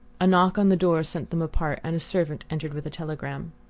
a knock on the door sent them apart, and a servant entered with a telegram.